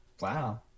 wow